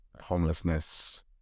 homelessness